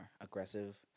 aggressive